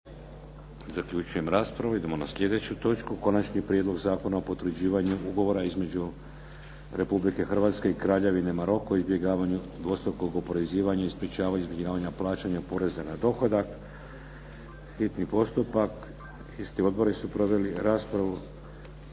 Vladimir (HDZ)** Idemo na sljedeću točku: - Konačni prijedlog Zakon o potvrđivanju Ugovora između Republike Hrvatske i Kraljevine Maroko o izbjegavanju dvostrukog oporezivanja i sprječavanju izbjegavanja plaćanja poreza na dohodak, hitni postupak, prvo i drugo